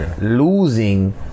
losing